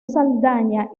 saldaña